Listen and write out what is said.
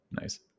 Nice